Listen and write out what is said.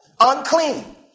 Unclean